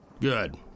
Good